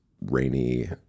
rainy